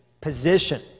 position